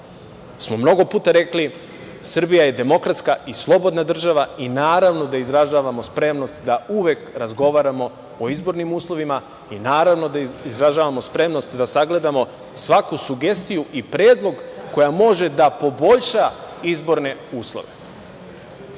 smo mnogo puta rekli, Srbija je demokratska i slobodna država i naravno da izražavamo spremnost da uvek razgovaramo o izbornim uslovima i naravno da izražavamo spremnost da sagledamo svaku sugestiju i predlog koji može da poboljša izborne uslove. Sa